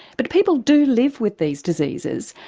but people do live with these diseases,